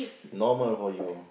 normal for you